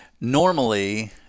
Normally